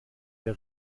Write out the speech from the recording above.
der